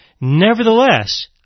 nevertheless